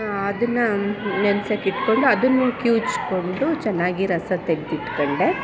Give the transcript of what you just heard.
ಅದನ್ನು ನೆನ್ಸೋಕ್ಕಿಟ್ಕೊಂಡು ಅದನ್ನು ಕಿವ್ಚ್ಕೊಂಡು ಚೆನ್ನಾಗಿ ರಸ ತೆಗ್ದಿಟ್ಕೊಂಡೆ